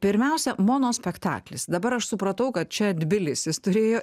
pirmiausia monospektaklis dabar aš supratau kad čia tbilisis turėjo